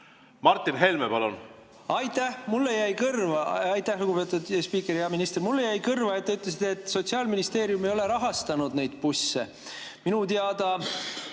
Martin Helme, palun! Martin Helme, palun! Aitäh, lugupeetud spiiker! Hea minister, mulle jäi kõrva, et te ütlesite, et Sotsiaalministeerium ei ole rahastanud neid busse. Minu teada